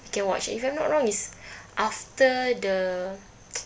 you can watch if I'm not wrong is after the